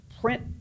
print